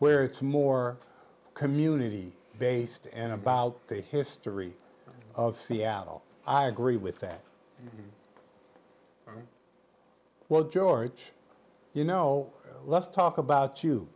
where it's more community based and about the history of seattle i agree with that well george you know let's talk about you